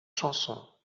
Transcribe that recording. chansons